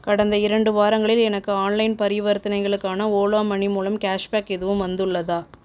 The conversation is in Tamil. கடந்த இரண்டு வாரங்களில் எனக்கு ஆன்லைன் பரிவர்த்தனைகளுக்காக ஓலா மனி மூலம் கேஷ்பேக் எதுவும் வந்துள்ளதா